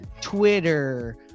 Twitter